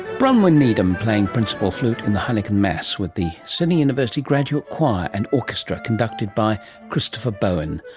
bronwen needham playing principal flute in the heineken mass with the sydney university graduate choir and orchestra, conducted by christopher bowen.